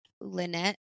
Lynette